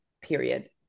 period